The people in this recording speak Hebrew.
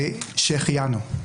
שהחיינו.